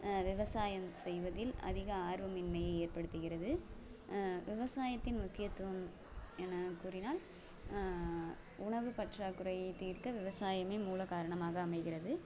விவசாயம் செய்வதில் அதிகம் ஆர்வமின்மையை ஏற்படுத்துகிறது விவசாயத்தின் முக்கியத்துவம் எனக் கூறினால் உணவு பற்றாக்குறையை தீர்க்க விவசாயமே மூலகாரணமாக அமைகிறது